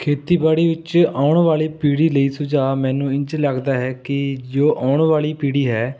ਖੇਤੀਬਾੜੀ ਵਿੱਚ ਆਉਣ ਵਾਲੀ ਪੀੜ੍ਹੀ ਲਈ ਸੁਝਾਅ ਮੈਨੂੰ ਇੰਝ ਲੱਗਦਾ ਹੈ ਕਿ ਜੋ ਆਉਣ ਵਾਲੀ ਪੀੜ੍ਹੀ ਹੈ